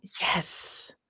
yes